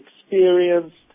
experienced